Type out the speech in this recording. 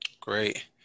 Great